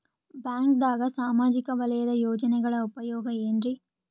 ಬ್ಯಾಂಕ್ದಾಗ ಸಾಮಾಜಿಕ ವಲಯದ ಯೋಜನೆಗಳ ಉಪಯೋಗ ಏನ್ರೀ?